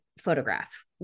photograph